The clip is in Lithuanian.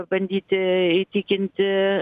pabandyti įtikinti